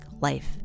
life